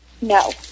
No